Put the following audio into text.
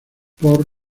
por